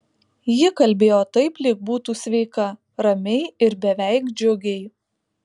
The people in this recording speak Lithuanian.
ji kalbėjo taip lyg būtų sveika ramiai ir beveik džiugiai